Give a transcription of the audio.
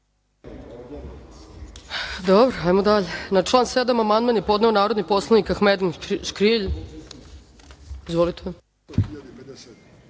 Ajmo dalje. Na član 7. amandman je podneo narodni poslanik Ahmedin Škrijelj. Izvolite.